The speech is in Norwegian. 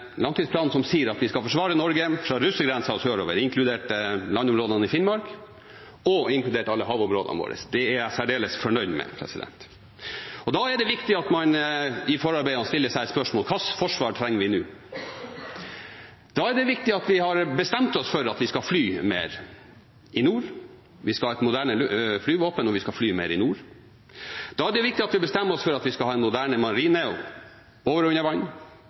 som sier at vi skal forsvare Norge fra russergrensa og sørover, inkludert landområdene i Finnmark og inkludert alle havområdene våre. Det er jeg særdeles fornøyd med. Da er det viktig at man i forarbeidene stiller seg et spørsmål: Hva slags forsvar trenger vi nå? Da er det viktig at vi har bestemt oss for at vi skal fly mer i nord. Vi skal ha et moderne flyvåpen, og vi skal fly mer i nord. Da er det viktig at vi bestemmer oss for at vi skal ha en moderne marine over og under vann